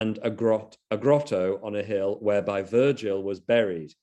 וגרות, גרות על חולה, בו ורג'ל נמצאת.